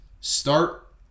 start